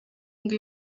ngo